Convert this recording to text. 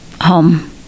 home